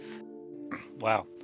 Wow